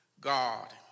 God